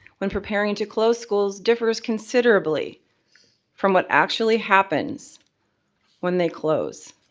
when preparing to close schools differs considerably from what actually happens when they close.